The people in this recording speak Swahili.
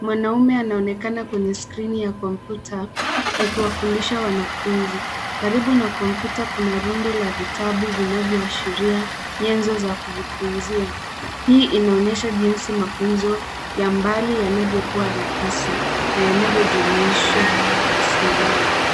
Mwanamume anaonekana kwenye skrini ya kompyuta akiwafundisha wanafunzi karibu na kompyuta kuna rundo la vitabu vinavyo ashiria nyenzo za kujifunzia. Hii inaonyesha jinsi mafunzo ya mbali yanavyokuwa rahisi na yanavyojumuisha rasilimali.